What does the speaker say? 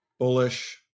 bullish